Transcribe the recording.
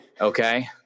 Okay